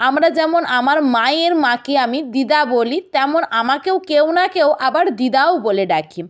আমরা যেমন আমার মায়ের মাকে আমি দিদা বলি তেমন আমাকেও কেউ না কেউ আবার দিদাও বলে ডাকে